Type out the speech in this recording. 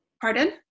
Pardon